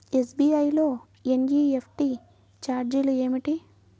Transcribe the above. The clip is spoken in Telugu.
ఎస్.బీ.ఐ లో ఎన్.ఈ.ఎఫ్.టీ ఛార్జీలు ఏమిటి?